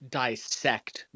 dissect